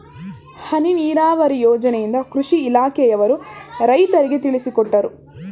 ಹನಿ ನೀರಾವರಿ ಯೋಜನೆಯಿಂದ ಕೃಷಿ ಇಲಾಖೆಯವರು ರೈತರಿಗೆ ತಿಳಿಸಿಕೊಟ್ಟರು